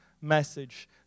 message